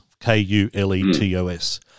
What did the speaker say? K-U-L-E-T-O-S